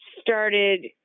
started